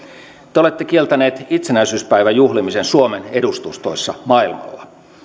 te olette kieltänyt itsenäisyyspäivän juhlimisen suomen edustustoissa maailmalla